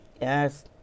Yes